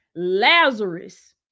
Lazarus